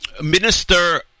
minister